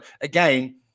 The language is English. again